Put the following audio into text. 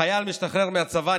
חייל משתחרר מהצבא,